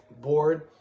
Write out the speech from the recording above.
board